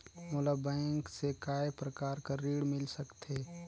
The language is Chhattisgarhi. मोला बैंक से काय प्रकार कर ऋण मिल सकथे?